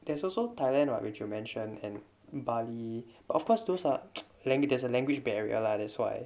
there's also thailand [what] which you mention and bali but of course those are there's a language barrier lah that's why